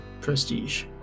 prestige